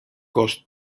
coast